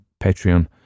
Patreon